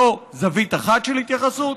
זו זווית אחת של התייחסות.